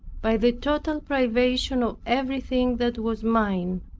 by the total privation of everything that was mine,